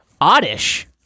Oddish